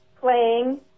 playing